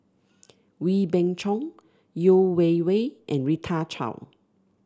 Wee Beng Chong Yeo Wei Wei and Rita Chao